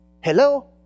Hello